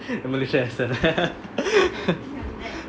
the malaysia accent